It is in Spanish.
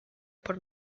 por